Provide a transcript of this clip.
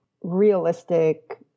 realistic